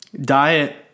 diet